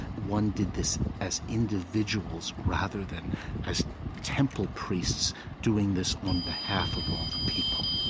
one did this as individuals rather than as temple priests doing this on behalf of all the people